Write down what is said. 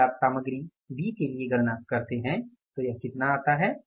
यदि आप सामग्री बी के लिए गणना करते हैं तो यह कितना आता है